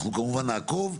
אנחנו כמובן נעקוב.